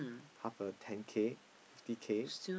half a ten K fifty K